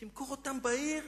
תמכור אותם בעיר.